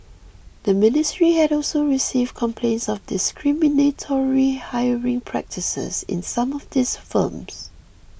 the ministry had also received complaints of discriminatory hiring practices in some of these firms